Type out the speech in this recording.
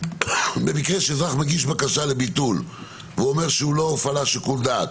במקרה שאזרח מגיש בקשה לביטול והוא אומר שלא הופעל שיקול דעת,